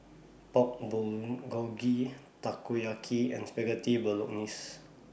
Pork Bulgogi Takoyaki and Spaghetti Bolognese